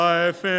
Life